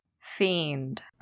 Fiend